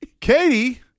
katie